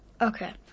Okay